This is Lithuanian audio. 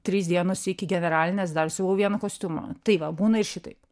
trys dienos iki generalinės dar siūlau vieną kostiumą tai va būna ir šitaip